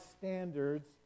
standards